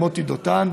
עם מוטי דותן,